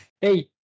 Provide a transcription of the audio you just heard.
hey